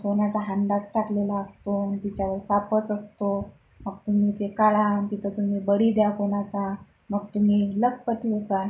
सोन्याचा हंडाच टाकलेला असतो नि तिच्यावर सापच असतो मग तुम्ही ते काळ्हा नि तिथं तुम्ही बडी द्या कोनाचा मग तुम्ही लखपती होसाल